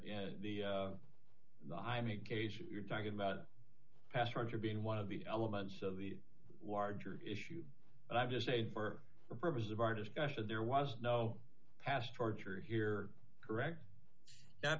under the i mean cage you're talking about passenger being one of the elements of the larger issue and i'm just saying for the purposes of our discussion there was no past torture here correct t